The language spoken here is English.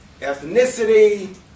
ethnicity